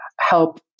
help